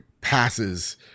passes